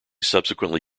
subsequently